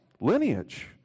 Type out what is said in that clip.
lineage